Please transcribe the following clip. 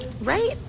right